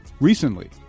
Recently